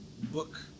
book